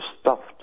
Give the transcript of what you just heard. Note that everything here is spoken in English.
stuffed